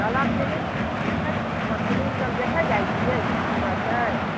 कहलहुॅं कि हमर फिलिम सब देखै जाइ छियै केहन सुन्दर छै